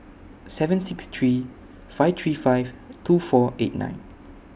seven six three five three five two four eight nine